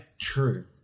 True